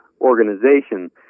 organization